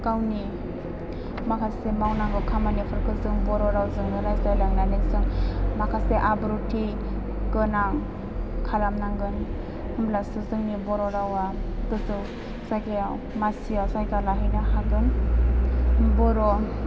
गावनि माखासे मावनांगौ खामानिफोरखौ जों बर' रावजोंनो रायज्लाय लांनानै जों माखासे आब्रुथि गोनां खालामनांगोन होमब्लासो जोंनि बर' रावा गोजौ जायगायाव मासियाव जायगा लाहैनो हागोन बर'